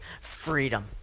freedom